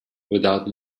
without